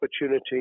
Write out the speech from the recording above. opportunity